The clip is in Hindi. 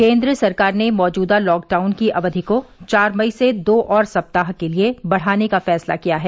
केन्द्र सरकार ने मौजूदा लॉकडाउन की अवधि को चार मई से दो और सप्ताह के लिए बढ़ाने का फैसला किया है